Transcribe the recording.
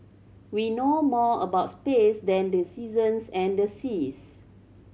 we know more about space than the seasons and the seas